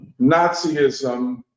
Nazism